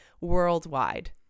worldwide